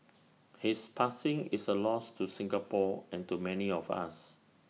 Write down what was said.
his passing is A loss to Singapore and to many of us